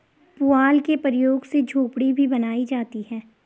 पुआल के प्रयोग से झोपड़ी भी बनाई जाती है